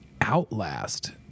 Outlast